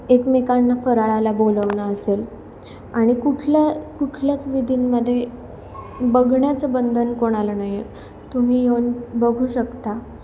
एकमेकांना फराळाला बोलवणं असेल आणि कुठल्या कुठल्याच विधींमधे बघण्याचं बंधन कोणाला नाही आहे तुम्ही येऊन बघू शकता